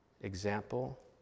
example